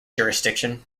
jurisdiction